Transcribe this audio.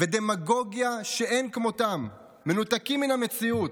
ודמגוגיה שאין כמותם, מנותקים מהמציאות.